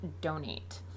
donate